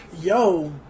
yo